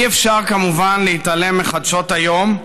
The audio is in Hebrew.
אי-אפשר כמובן להתעלם מחדשות היום.